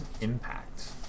Impact